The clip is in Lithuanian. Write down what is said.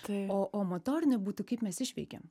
tai o o motorinė būtų kaip mes išveikiam